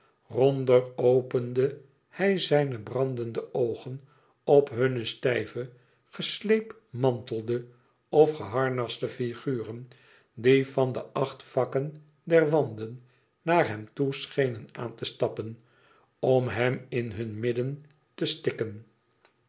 ronder opende hij zijne brandende oogen op hunne stijve gesleepmantelde of geharnaste figuren die van de acht vakken der wanden naar hem toe schenen aan te stappen om hem in hun midden te stikken